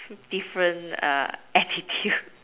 different attitude